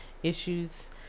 Issues